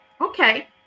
okay